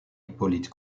hippolyte